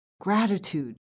gratitude